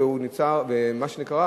והוא נמצא ומה שנקרא,